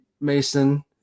Mason